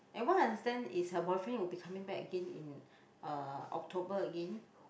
and what I understand is her boyfriend will be coming back again in uh October again